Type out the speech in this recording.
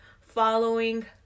following